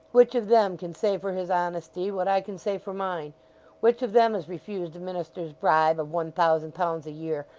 which of them can say for his honesty, what i can say for mine which of them has refused a minister's bribe of one thousand pounds a year,